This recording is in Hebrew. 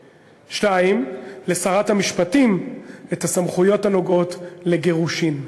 2. לשרת המשפטים, את הסמכויות הנוגעות לגירושים.